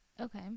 Okay